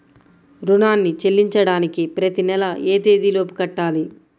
రుణాన్ని చెల్లించడానికి ప్రతి నెల ఏ తేదీ లోపు కట్టాలి?